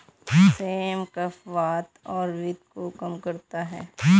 same कफ, वात और पित्त को कम करता है